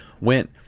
went